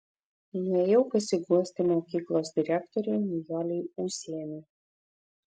nuėjau pasiguosti mokyklos direktorei nijolei ūsienei